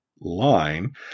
Line